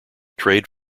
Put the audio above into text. trade